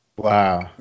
Wow